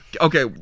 Okay